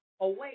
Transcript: away